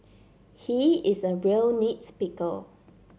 he is a real nits picker